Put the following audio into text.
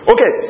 Okay